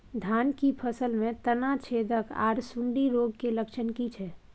धान की फसल में तना छेदक आर सुंडी रोग के लक्षण की छै?